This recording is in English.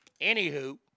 Anywho